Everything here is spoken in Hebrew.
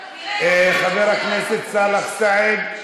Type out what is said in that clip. חבר הכנסת סאלח סעד,